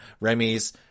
Remy's